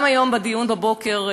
גם בדיון היום בבוקר,